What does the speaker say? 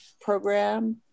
program